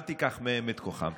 אל תיקח מהם את כוחם.